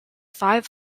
five